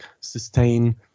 sustain